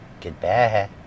Goodbye